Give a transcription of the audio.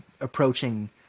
approaching